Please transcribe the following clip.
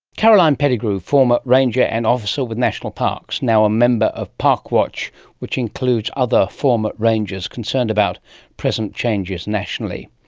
carolyn pettigrew, former ranger and officer with national parks, now ah member of parkwatch which includes other former rangers concerned about present changes nationally.